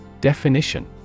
Definition